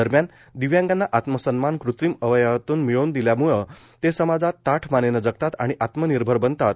दरम्यान दिव्यांगांना आत्मसन्मान कृत्रिम अवयवांतून मिळवून दिल्यामूळ ते समाजात ताठ मानेनं जगतात आणि आत्मनिर्भर बनतात